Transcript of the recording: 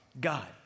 God